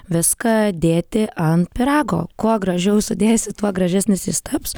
viską dėti ant pyrago kuo gražiau sudėsi tuo gražesnis jis taps